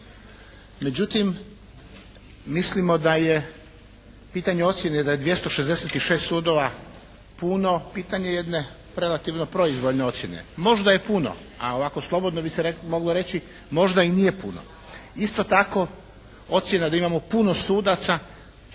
Međutim, mislimo da je pitanje ocjene da je 266 sudova puno pitanje jedne relativno proizvoljne ocjene. Možda je puno, a ovako slobodno bi se moglo reći možda i nije puno. Isto tako ocjena da imamo puno sudaca,